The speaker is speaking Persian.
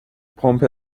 پمپ